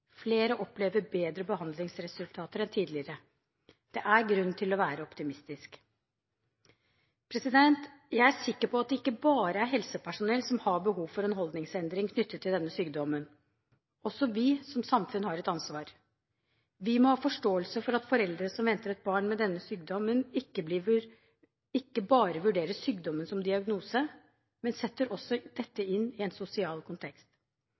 Flere opplever bedre behandlingsresultater enn tidligere. Det er grunn til å være optimistisk. Jeg er sikker på at det ikke bare er helsepersonell som har behov for en holdningsendring knyttet til denne sykdommen. Også vi som samfunn har et ansvar. Vi må ha forståelse for at foreldre som venter et barn med denne sykdommen, ikke bare vurderer sykdommen som diagnose, men også setter dette inn i en sosial kontekst: